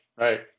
right